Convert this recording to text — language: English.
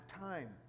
time